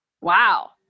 Wow